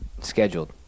scheduled